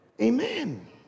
Amen